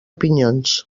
pinyons